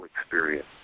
experience